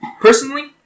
personally